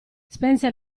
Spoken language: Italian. spense